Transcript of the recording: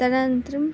तदनन्तरम्